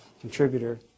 contributor